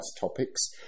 topics